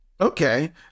Okay